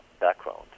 background